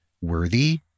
worthy